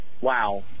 wow